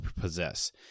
possess